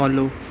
follow